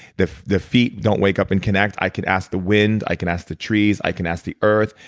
the the feet don't wake up and connect, i could ask the wind i can ask the trees. i can ask the earth.